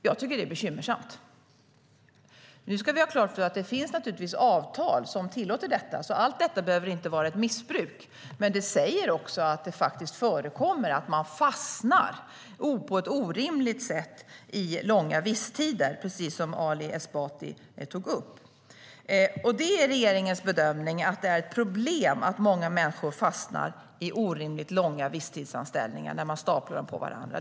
Jag tycker att det är bekymmersamt. Nu ska vi ha klart för oss att det finns avtal som tillåter detta. Allt detta behöver inte vara ett missbruk. Men det säger också att det förekommer att människor fastnar på ett orimligt sätt i långa visstider, precis som Ali Esbati tog upp. Det är regeringens bedömning att det är ett problem att många människor fastnar i orimligt långa visstidsanställningar när man staplar dem på varandra.